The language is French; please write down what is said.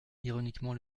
ironiquement